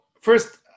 first